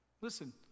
Listen